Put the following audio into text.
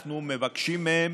אנחנו מבקשים מהם: